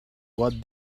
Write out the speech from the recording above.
what